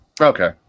Okay